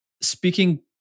Speaking